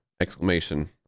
Exclamation